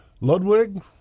ludwig